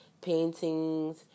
paintings